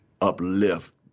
uplift